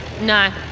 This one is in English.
No